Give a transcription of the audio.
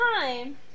time